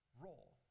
role